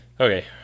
Okay